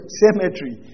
cemetery